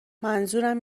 منظورم